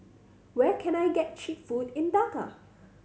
where can I get cheap food in Dhaka